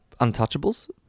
untouchables